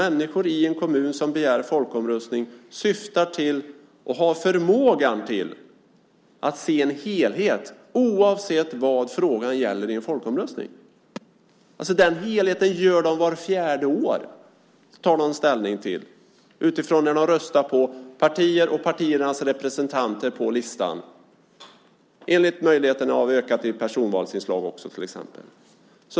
Människor i en kommun som begär folkomröstning syftar till och har förmågan att se en helhet oavsett vad frågan gäller i en folkomröstning. Den helheten tar de ställning till vart fjärde år när de röstar på partierna och partiernas representanter på listan. Valmöjligheten har också ökat genom personvalsinslag.